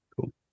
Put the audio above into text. Cool